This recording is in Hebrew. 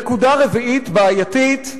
נקודה רביעית בעייתית: